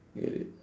really